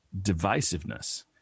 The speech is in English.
divisiveness